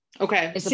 Okay